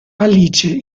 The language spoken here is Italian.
alice